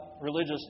religious